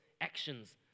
actions